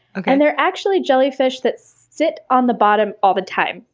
and they're actually jellyfish that sit on the bottom all the time.